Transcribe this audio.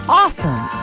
awesome